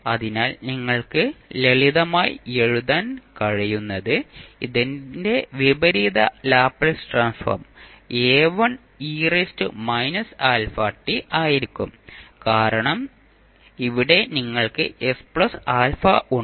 അതിനാൽ നിങ്ങൾക്ക് ലളിതമായി എഴുതാൻ കഴിയുന്നത് ഇതിന്റെ വിപരീത ലാപ്ലേസ് ട്രാൻസ്ഫോം ആയിരിക്കും കാരണം ഇവിടെ നിങ്ങൾക്ക് ഉണ്ട്